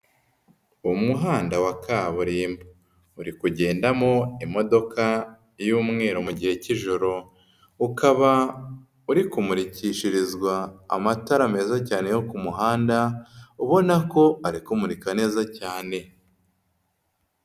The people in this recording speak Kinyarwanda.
Umuhanda wa kaburimbo. Uri kugendamo imodoka y'umweru mu gihe k'ijoro, ukaba uri kumurikishirizwa amatara meza cyane yo ku muhanda, ubona ko ari kumurika neza cyane.